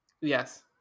yes